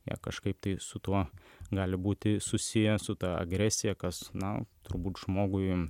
jie kažkaip tai su tuo gali būti susiję su ta agresija kas na turbūt žmogui